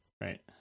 right